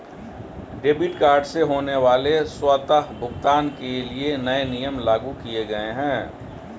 debit card से होने वाले स्वतः भुगतान के लिए नए नियम लागू किये गए है